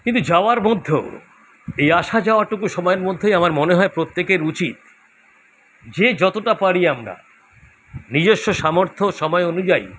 কিন্তু যাওয়ার মধ্যেও এই আসা যাওয়াটুকুর সময়ের মধ্যেই আমার মনে হয় প্রত্যেকের উচিত যে যতটা পারি আমরা নিজস্ব সামর্থ্য সময় অনুযায়ী